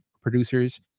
producers